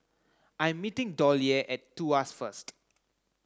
I'm meeting Dollye at Tuas first